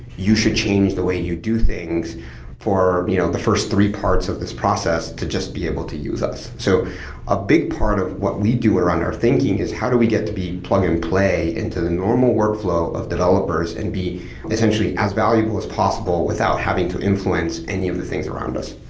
you should change the way you do things for you know the first three parts of this process to just be able to use us. so a big part of what we do around our thinking is how do we get to be plug-and-play into the normal workflow of developers and be essentially as valuable as possible without having to influence any of the things around us?